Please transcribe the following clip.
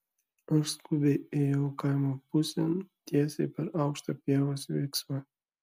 aš skubiai ėjau kaimo pusėn tiesiai per aukštą pievos viksvą